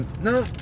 No